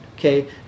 Okay